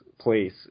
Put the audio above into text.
place